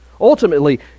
ultimately